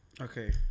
okay